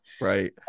Right